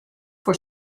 for